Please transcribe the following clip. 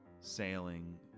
sailing